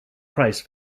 price